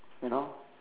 you know